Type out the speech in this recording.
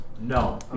no